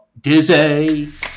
Dizzy